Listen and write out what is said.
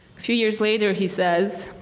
few years later he says,